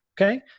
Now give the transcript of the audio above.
Okay